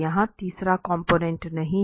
यहाँ कोई तीसरा कॉम्पोनेन्ट नहीं है